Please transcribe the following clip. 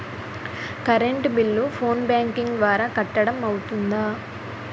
Current bill phone banking ద్వారా కట్టడం అవ్తుందా?